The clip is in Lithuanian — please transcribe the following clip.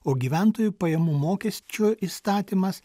o gyventojų pajamų mokesčio įstatymas